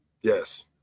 Yes